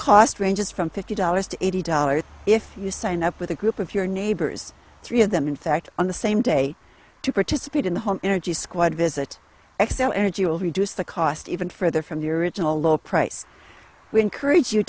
cost ranges from fifty dollars to eighty dollars if you sign up with a group of your neighbors three of them in fact on the same day to participate in the home energy squad visit xcel energy will reduce the cost even further from your original low price we encourage you